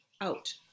out